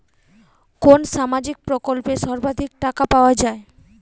কোন সামাজিক প্রকল্পে সর্বাধিক টাকা পাওয়া য়ায়?